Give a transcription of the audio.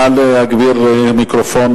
נא להגביר מיקרופון